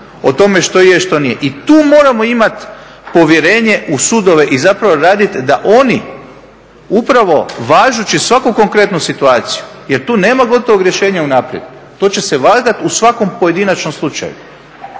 o tome što je što nije i tu moramo imati povjerenje u sudove i raditi da oni upravo važući svaku konkretnu situaciju jer tu nema gotovog rješenja unaprijed, to će se vagati u svakom pojedinačnom slučaju.